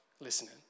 listening